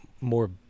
more